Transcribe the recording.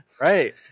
Right